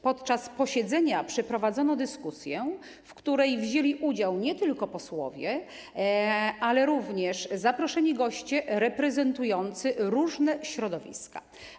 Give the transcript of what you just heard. Podczas posiedzenia przeprowadzono dyskusję, w której udział wzięli nie tylko posłowie, ale również zaproszeni goście reprezentujący różne środowiska.